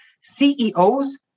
CEOs